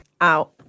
out